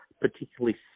particularly